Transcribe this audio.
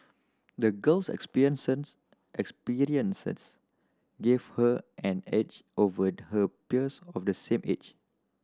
the girl's experience gave her an edge over her peers of the same age